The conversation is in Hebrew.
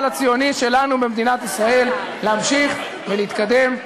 הציוני שלנו במדינת ישראל להמשיך ולהתקדם.